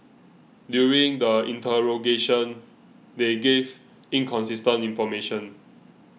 during the interrogation they gave inconsistent information